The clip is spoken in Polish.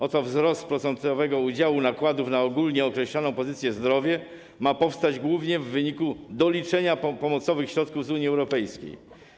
Oto wzrost procentowego udziału nakładów na ogólnie określoną pozycję zdrowie ma powstać głównie w wyniku doliczenia pomocowych środków z Unii Europejskiej.